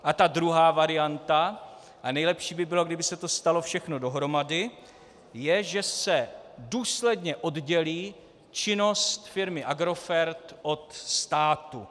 A ta druhá varianta a nejlepší by bylo, kdyby se to stalo dohromady je, že se důsledně oddělí činnost firmy Agrofert od státu.